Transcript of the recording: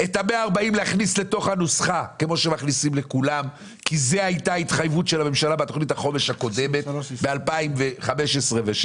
הנוסחה היה לממשלה זמן משנת 2015 לטפל בזה,